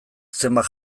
zenbait